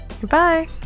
Goodbye